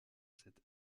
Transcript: cette